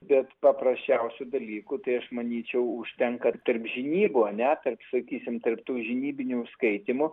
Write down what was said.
bet paprasčiausių dalykų tai aš manyčiau užtenka tarp žnybų a ne tarp sakysim tarp tų žinybinių skaitymų